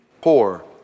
poor